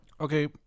Okay